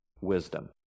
wisdom